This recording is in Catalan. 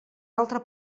altre